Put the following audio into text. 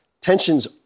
Tensions